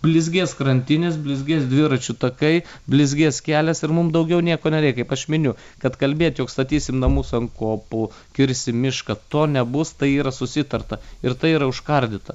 blizgės krantinės blizgės dviračių takai blizgės kelias ir mum daugiau nieko nereik kaip aš miniu kad kalbėt jog statysim namus ant kopų kirsim mišką to nebus tai yra susitarta ir tai yra užkardyta